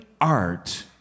art